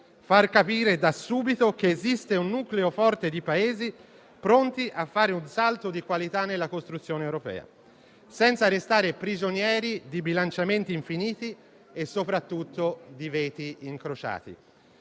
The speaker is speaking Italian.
capire da subito che esiste un nucleo forte di Paesi pronti a fare un salto di qualità nella costruzione europea, senza restare prigionieri di bilanciamenti infiniti e soprattutto di veti incrociati.